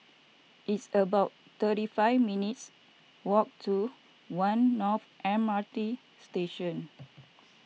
it's about thirty five minutes' walk to one North M R T Station